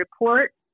report